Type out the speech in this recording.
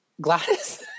Gladys